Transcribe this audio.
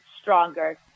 stronger